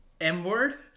M-word